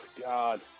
God